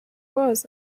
was